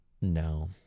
No